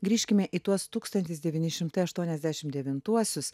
grįžkime į tuos tūkstantis devyni šimtai aštuoniasdešimt devintuosius